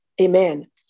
Amen